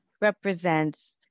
represents